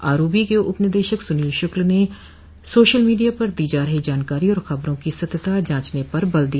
ROB के उपनिदेशक सुनील शुक्ल ने सोशल मीडिया पर दी जा रही जानकारी और खबरों की सत्यता जाँचने पर बल दिया